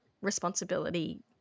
responsibility